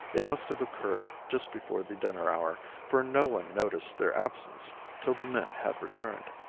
it must have occurred just before the dinner hour, for no one noticed their absence till the men had returned.